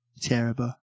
Terrible